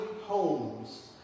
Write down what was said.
homes